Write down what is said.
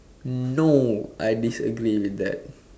no I disagree with that